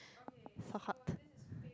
so hot